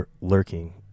lurking